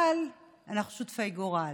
אבל אנחנו שותפי גורל.